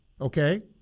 okay